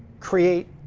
create,